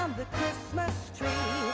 um but christmas tree